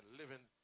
living